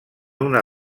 una